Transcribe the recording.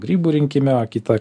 grybų rinkime o kita